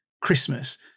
Christmas